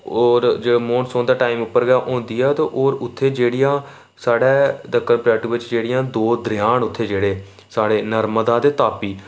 होर जे मौनसून दे टाइम उप्पर गै होंदी ऐ ते होर उत्थै जेह्ड़ियां साढ़ै दक्खन प्लैटू बिच्च जेह्ड़ियां दो दरेआ न उत्थै जेह्ड़े साढ़े नर्मदा ते तापी